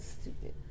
stupid